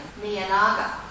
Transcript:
Miyanaga